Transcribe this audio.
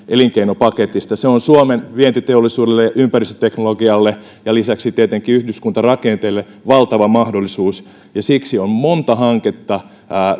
elinkeinopaketista se on suomen vientiteollisuudelle ympäristöteknologialle ja lisäksi tietenkin yhdyskuntarakenteelle valtava mahdollisuus ja siksi on monta hanketta